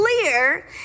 clear